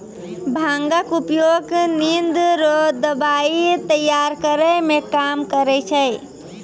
भांगक उपयोग निंद रो दबाइ तैयार करै मे काम करै छै